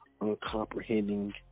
uncomprehending